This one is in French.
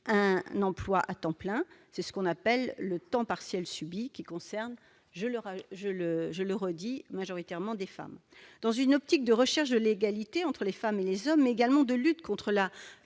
un emploi à temps plein. C'est ce que l'on appelle le temps partiel subi qui, je le répète, concerne majoritairement des femmes. Dans une optique de recherche de l'égalité entre les femmes et les hommes, mais également de lutte contre la